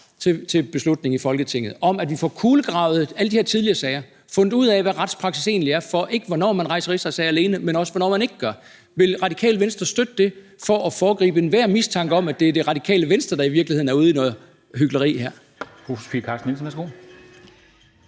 et beslutningsforslag her i Folketinget om, at vi får kulegravet alle de her tidligere sager og får fundet ud af, hvad retspraksis egentlig er, ikke alene for, hvornår man rejser rigsretssager, men også for, hvornår man ikke gør. Vil Radikale Venstre støtte det for at foregribe enhver mistanke om, at det i virkeligheden er Radikale Venstre, der er ude i noget hykleri her?